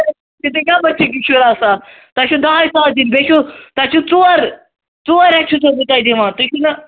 ہے ژےٚ کمٔۍ مٔنگِی شُراہ ساس تۄہہِ چھُو دَہے ساس دِنۍ بیٚیہِ چھُو پٮ۪ٹھٕ چھُو ژور ژور رٮ۪تھ چھُسو بہٕ تۄہہِ دِوانتُہۍ ہٮ۪کِو نا